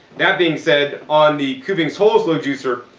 that being said, on the kuvings whole slow juicer,